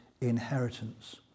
inheritance